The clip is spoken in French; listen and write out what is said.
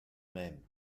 même